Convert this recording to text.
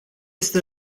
este